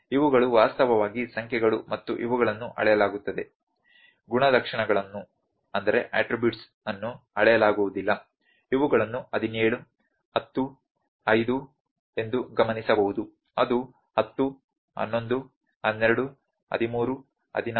ಇವುಗಳು ವಾಸ್ತವವಾಗಿ ಸಂಖ್ಯೆಗಳು ಮತ್ತು ಇವುಗಳನ್ನು ಅಳೆಯಲಾಗುತ್ತದೆ ಗುಣಲಕ್ಷಣಗಳನ್ನು ಅಳೆಯಲಾಗುವುದಿಲ್ಲ ಇವುಗಳನ್ನು 17 10 5 ಎಂದು ಗಮನಿಸಬಹುದು ಅದು 10 11 12 13 14 12